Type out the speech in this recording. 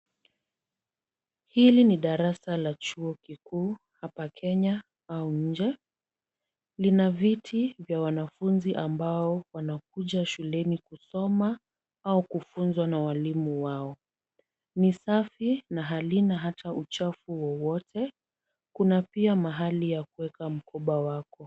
Hili ni darasa la chuo kikuu hapa Kenya au nje, lina viti vya wanafunzi ambao wanakuja shuleni kusoma au kufunzwa na walimu wao. Ni safi na halina hata uchafu wowote, kuna pia mahali ya kuweka mkoba wako.